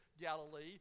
Galilee